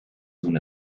soon